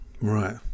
Right